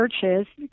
churches